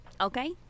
Okay